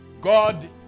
God